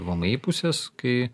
vmi pusės kai